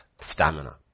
stamina